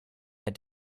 had